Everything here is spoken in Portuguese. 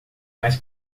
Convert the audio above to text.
mais